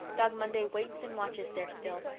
dog monday waits and watches there still,